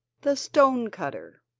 the stone-cutter